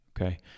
Okay